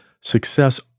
success